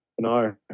No